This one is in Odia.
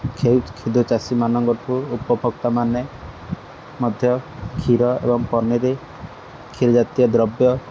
କ୍ଷୁ କ୍ଷୁଦ୍ର ଚାଷୀମାନଙ୍କଠାରୁ ଉପଭୋକ୍ତା ମାନେ ମଧ୍ୟ କ୍ଷୀର ଏବଂ ପନିର୍ କ୍ଷୀର ଜାତୀୟ ଦ୍ରବ୍ୟ